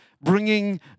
bringing